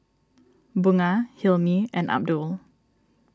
Bunga Hilmi and Abdul